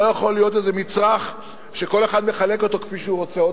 זה לא יכול להיות איזה מצרך שכל אחד מחלק אותו כפי שהוא רוצה.